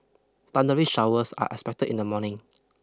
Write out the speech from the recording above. thundery showers are expected in the morning